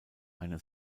eine